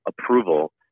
approval